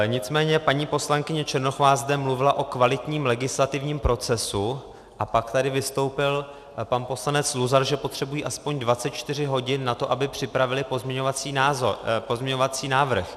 Nicméně paní poslankyně Černochová zde mluvila o kvalitním legislativním procesu a pak tady vystoupil pan poslanec Luzar, že potřebují aspoň 24 hodin na to, aby připravili pozměňovací návrh.